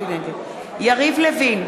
יריב לוין,